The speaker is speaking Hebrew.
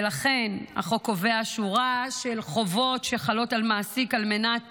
ולכן החוק קובע שורה של חובות שחלות על מעסיק על מנת